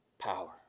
power